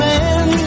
Man